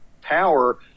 power